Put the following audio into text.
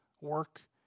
work